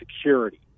security